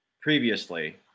previously